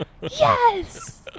yes